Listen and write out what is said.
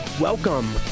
welcome